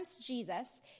Jesus